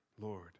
Lord